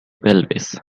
pelvis